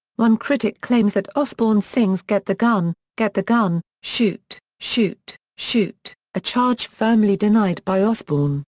one critic claims that osbourne sings get the gun, get the gun, shoot, shoot, shoot, a charge firmly denied by osbourne.